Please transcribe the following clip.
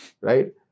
right